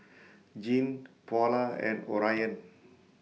Jeanne Paula and Orion